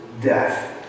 Death